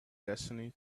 destiny